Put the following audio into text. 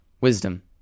Wisdom